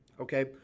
Okay